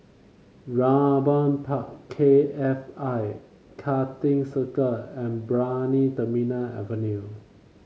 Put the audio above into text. Raeburn Park K F I Karting Circuit and Brani Terminal Avenue